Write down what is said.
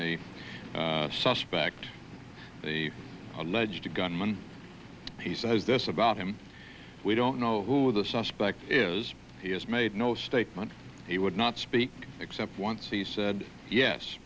the suspect the alleged gunman he says this about him we don't know who the suspect is he has made no statement he would not speak except once he said yes